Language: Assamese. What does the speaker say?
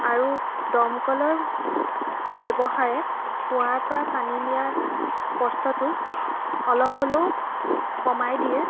আৰু দমকলৰ ব্যৱহাৰে কুঁৱাৰ পৰা পানী নিয়াৰ কষ্টটো অলপ হ'লেও কমাই দিয়ে